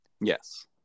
Yes